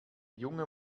junge